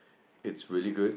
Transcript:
it's really good